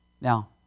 Now